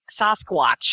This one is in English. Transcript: Sasquatch